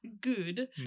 good